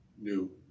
new